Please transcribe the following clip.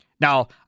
Now